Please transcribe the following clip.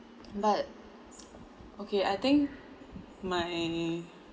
but okay I think my